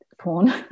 porn